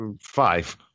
five